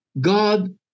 God